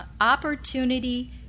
opportunity